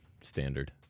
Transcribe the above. Standard